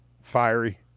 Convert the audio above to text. fiery